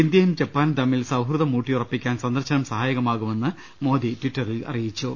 ഇന്ത്യയും ജപ്പാനും തമ്മിൽ സൌഹൃദം ഊട്ടിയുറപ്പിക്കാൻ സന്ദർശനം സഹായകമാകുമെന്ന് മോദി ട്വിറ്ററിൽ അറിയിച്ചു